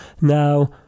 Now